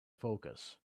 focus